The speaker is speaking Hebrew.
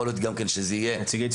יכול להיות גם כן שזה יהיה פקיד,